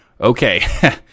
okay